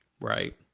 Right